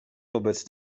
wobec